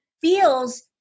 feels